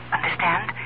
Understand